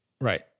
Right